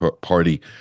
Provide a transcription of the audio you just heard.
party